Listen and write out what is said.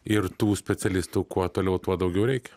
ir tų specialistų kuo toliau tuo daugiau reikia